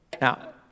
Now